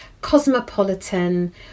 cosmopolitan